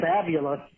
fabulous